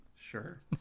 sure